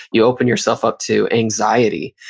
you open yourself up to anxiety.